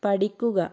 പഠിക്കുക